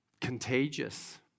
contagious